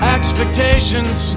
Expectations